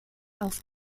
auf